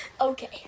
Okay